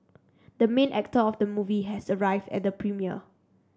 the main actor of the movie has arrived at the premiere